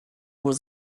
was